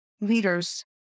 leaders